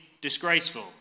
disgraceful